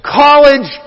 college